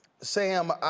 Sam